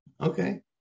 Okay